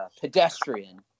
pedestrian